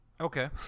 Okay